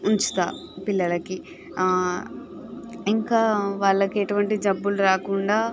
ఉంచుతాను పిల్లలకి ఇంకా వాళ్ళకి ఎటువంటి జబ్బులు రాకుండా